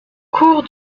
cours